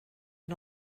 and